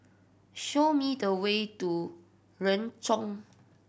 show me the way to Renjong